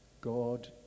God